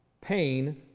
pain